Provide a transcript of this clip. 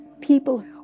People